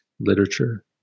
literature